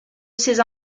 ces